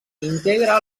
integra